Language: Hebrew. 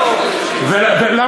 לא, אבל תזכיר מה הם הצביעו היום.